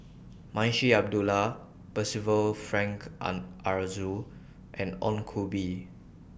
Munshi Abdullah Percival Frank Aroozoo and Ong Koh Bee